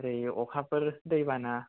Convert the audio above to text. ब्रै आखा फोर दै बाना